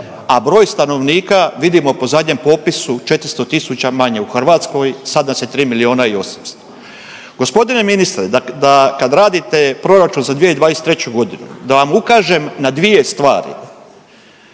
a broj stanovnika vidimo po zadnjem popisu 400 000 manje u Hrvatskoj. Sad nas je 3 milijuna i 800. Gospodine ministre, kad radite proračun za 2023. godinu da vam ukažem na dvije stvari.